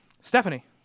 Stephanie